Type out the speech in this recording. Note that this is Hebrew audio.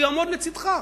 הוא יעמוד לצדך.